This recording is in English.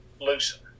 loosen